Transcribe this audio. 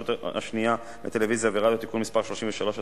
השנייה לטלוויזיה ורדיו (תיקון מס' 33),